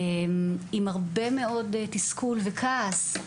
עם הרבה מאוד תסכול וכעס.